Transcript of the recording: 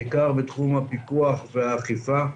בעיקר בתחום הפיקוח והאכיפה.